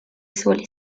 soli